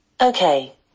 Okay